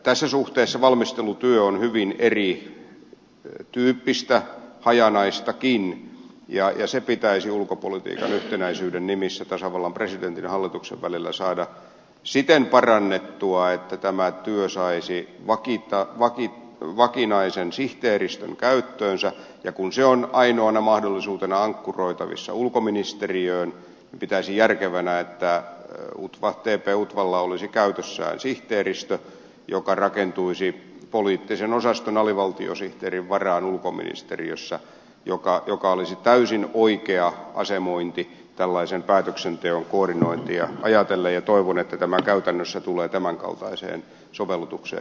tässä suhteessa valmistelutyö on hyvin erityyppistä hajanaistakin ja sitä pitäisi ulkopolitiikan yhtenäisyyden nimissä tasavallan presidentin ja hallituksen välillä saada siten parannettua että tämä työ saisi vakinaisen sihteeristön käyttöönsä ja kun se on ainoana mahdollisuutena ankkuroitavissa ulkoministeriöön pitäisin järkevänä että tp utvalla olisi käytössään sihteeristö joka rakentuisi poliittisen osaston alivaltiosihteerin varaan ulkoministeriössä joka olisi täysin oikea asemointi tällaisen päätöksenteon koordinointia ajatellen ja toivon että tämä käytännössä tulee tämän kaltaiseen sovellutukseen johtamaan